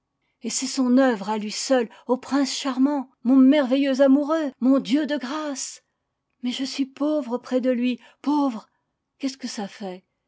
et c'est son œuvre à lui seul au prince charmant mon merveilleux amoureux mon dieu de grâces mais je suis pauvre auprès de lui pauvre qu'est-ce que ça fait